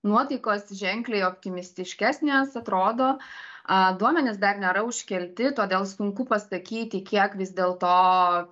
nuotaikos ženkliai optimistiškesnės atrodo duomenys dar nėra užkelti todėl sunku pasakyti kiek vis dėl to